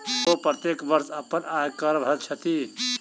ओ प्रत्येक वर्ष अपन आय कर भरैत छथि